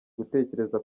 gutekereza